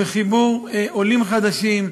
בחיבור עולים חדשים,